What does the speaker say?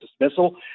dismissal